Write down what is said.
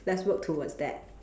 let's work towards that